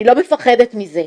אני לא מפחדת מזה,